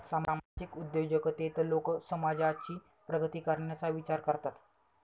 सामाजिक उद्योजकतेत लोक समाजाची प्रगती करण्याचा विचार करतात